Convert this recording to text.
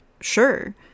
Sure